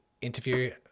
interview